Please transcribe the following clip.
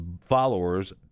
followers